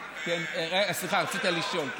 סליחה, רצית לשאול.